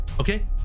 okay